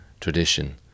tradition